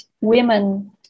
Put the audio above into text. women